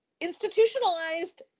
institutionalized